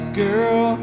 girl